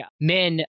men